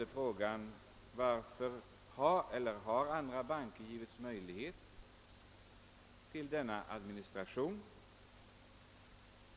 Jag frågade varför inte andra banker givits möjligheter till denna administration.